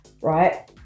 Right